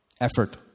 effort